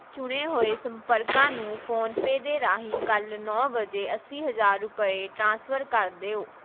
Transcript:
ਚੁਣੇ ਹੋਏ ਸੰਪਰਕਾਂ ਨੂੰ ਫ਼ੋਨਪੇਅ ਦੇ ਰਾਹੀਂ ਕੱਲ੍ਹ ਨੌ ਵਜੇ ਅੱਸੀ ਹਜ਼ਾਰ ਰੁਪਏ ਟ੍ਰਾਂਸਫਰ ਕਰ ਦਿਓ